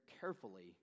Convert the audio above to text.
carefully